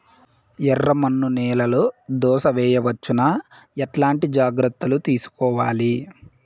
ఎర్రమన్ను నేలలో దోస వేయవచ్చునా? ఎట్లాంటి జాగ్రత్త లు తీసుకోవాలి?